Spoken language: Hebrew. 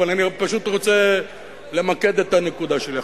אבל אני פשוט רוצה למקד את הנקודה שלי.